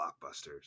blockbusters